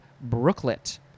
brooklet